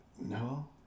No